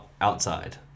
outside